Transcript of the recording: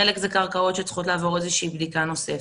חלק זה קרקעות שצריכות לעבור איזושהי בדיקה נוספת.